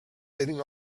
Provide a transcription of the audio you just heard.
sitting